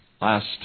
last